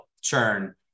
churn